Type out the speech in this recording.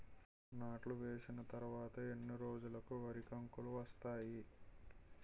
నాట్లు వేసిన తర్వాత ఎన్ని రోజులకు వరి కంకులు వస్తాయి?